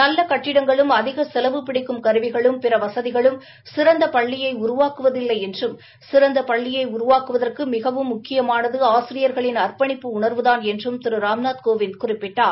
நல்ல கட்டிடங்களும் அதிக செலவு பிடிக்கும் கருவிகளும் பிற வசதிகளும் சிறந்த பள்ளியை உருவாக்குவதில்லை என்றும் சிறந்த பள்ளியை உருவாக்குவதற்கு மிகவும் முக்கியமானது ஆசிரியர்களின் அர்ப்பணிப்பு உணர்வுதான் மிக முக்கியம் என்று திரு ராம்நாத் கோவிந்த் குறிப்பிட்டார்